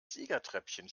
siegertreppchen